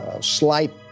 Slight